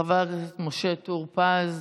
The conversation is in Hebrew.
חבר הכנסת משה טור פז,